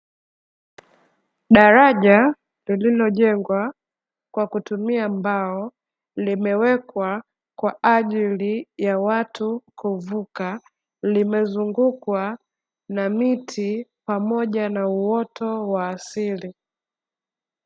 Daraja lililojengwa kwa kutumia mbao, limewekwa kwa ajili ya watu kuvuka, limezungukwa na miti pamoja na uoto wa asili.